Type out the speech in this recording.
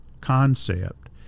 concept